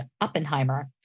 Oppenheimer